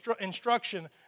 instruction